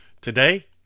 Today